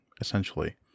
essentially